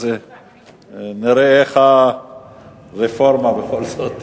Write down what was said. אז נראה איך הרפורמה בכל זאת תתקדם.